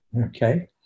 Okay